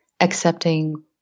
accepting